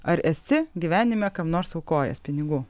ar esi gyvenime kam nors aukojęs pinigų